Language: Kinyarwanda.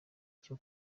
cyo